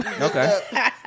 Okay